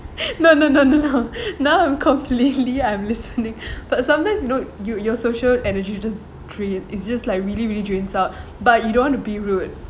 no no no no no now I'm completely I'm listening but sometimes you know you your social energy just drained it it's just like really really drains out but you don't want to be rude